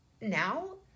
Now